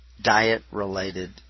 diet-related